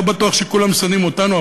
לא בטוח שכולם שונאים אותנו,